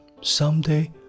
someday